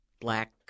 Black